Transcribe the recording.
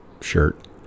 shirt